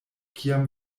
kiam